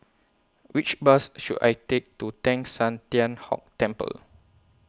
Which Bus should I Take to Teng San Tian Hock Temple